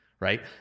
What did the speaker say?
Right